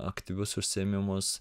aktyvius užsiėmimus